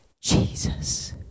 Jesus